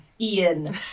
Ian